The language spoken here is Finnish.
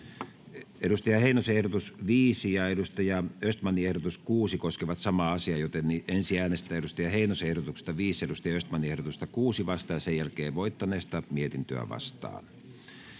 Timo Heinosen ehdotus 5 ja Peter Östmanin ehdotus 6 koskevat samaa asiaa, joten ensin äänestetään Timo Heinosen ehdotuksesta 5 Peter Östmanin ehdotusta 6 vastaan ja sen jälkeen voittaneesta mietintöä vastaan.